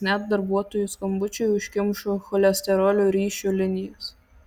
net darbuotojų skambučiai užkimšo cholesterolio ryšio linijas